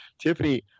Tiffany